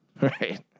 right